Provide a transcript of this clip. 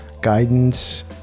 guidance